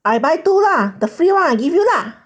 I buy two lah the free lah give you lah